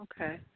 Okay